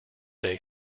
day